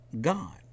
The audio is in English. god